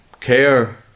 care